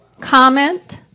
comment